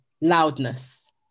loudness